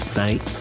night